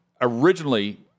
originally